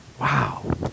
Wow